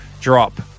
drop